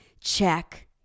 Check